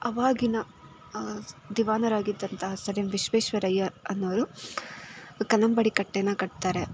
ಆವಾಗಿನ ದಿವಾನರಾಗಿದ್ದಂತಹ sir M Visvesvaraya ಅನ್ನೋರು ಕನ್ನಂಬಾಡಿ ಕಟ್ಟೇನ ಕಟ್ತಾರೆ